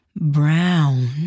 Brown